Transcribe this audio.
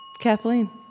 Kathleen